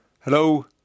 Hello